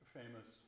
famous